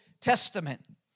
Testament